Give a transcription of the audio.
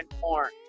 more